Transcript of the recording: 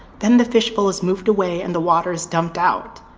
then the fishbowl is moved away and the water is dumped out?